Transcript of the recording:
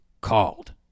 called